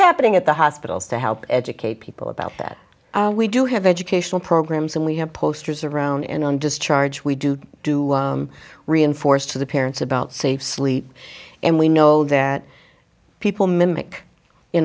happening at the hospitals to help educate people about that we do have educational programs and we have posters around and on discharge we do do reinforce to the parents about safe sleep and we know that people mimic you